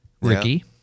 Ricky